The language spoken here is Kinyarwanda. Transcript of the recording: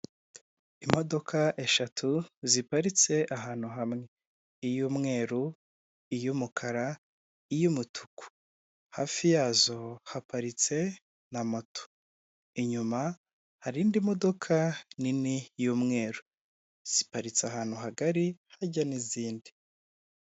Imodoka eshatu ziparitse ahantu hamwe iy'umweru, iy'umukara, iy'umutuku, hafi yazo haparitse na moto, inyuma hari indi modoka nini y'umweru, ziparitse ahantu hagari hajya n'izindi.